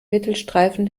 mittelstreifen